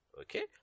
Okay